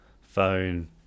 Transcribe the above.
phone